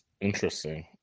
interesting